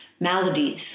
maladies